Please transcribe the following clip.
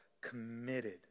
committed